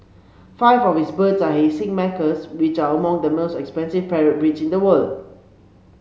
five of his birds are hyacinth macaws which are among the most expensive parrot breeds in the world